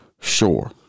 Sure